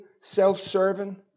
self-serving